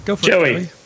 Joey